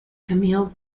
camille